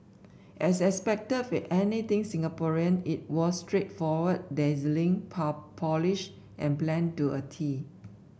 as expected with anything Singaporean it was straightforward dazzling polished and planned to a tee